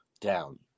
down